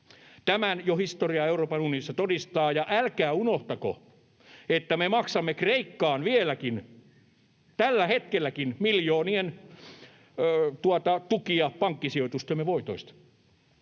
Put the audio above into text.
Tämän jo historia Euroopan unionissa todistaa, ja älkää unohtako, että me maksamme Kreikkaan vieläkin, tällä hetkelläkin, miljoonien tukia pankkisijoitustemme voitoista.